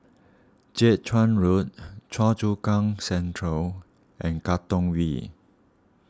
Jiak Chuan Road Choa Chu Kang Central and Katong V